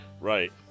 Right